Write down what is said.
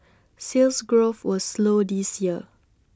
Sales Growth was slow this year